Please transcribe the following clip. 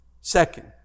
Second